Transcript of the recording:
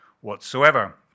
whatsoever